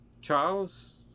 Charles